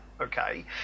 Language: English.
okay